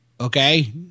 Okay